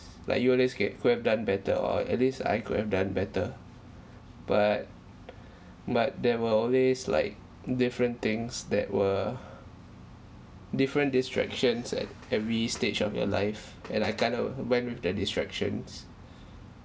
like you always get could have done better or at least I could have done better but but there were always like different things that were different distractions at every stage of your life and I kind of went with the distractions